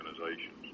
organizations